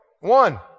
One